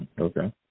Okay